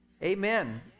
Amen